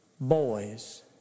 boys